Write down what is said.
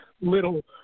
little